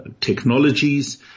technologies